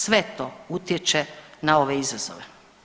Sve to utječe na ove izazove.